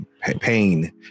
Pain